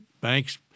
banks